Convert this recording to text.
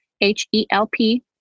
h-e-l-p